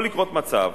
יכול לקרות מצב